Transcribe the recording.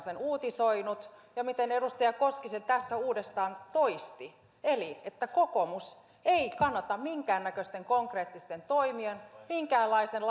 sen uutisoinut ja edustaja koski sen tässä uudestaan toisti kokoomus ei kannata minkäännäköisten konkreettisten toimien minkäänlaisen